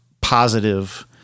positive